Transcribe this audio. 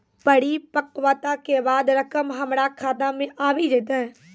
परिपक्वता के बाद रकम हमरा खाता मे आबी जेतै?